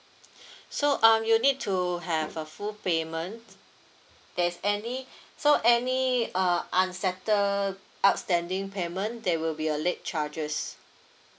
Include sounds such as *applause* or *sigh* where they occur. *breath* so um you'll need to have a full payment there's any *breath* so any uh unsettled outstanding payment there will be a late charges